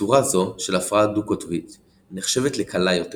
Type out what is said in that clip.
צורה זו של הפרעה דו-קוטבית נחשבת לקלה יותר